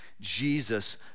Jesus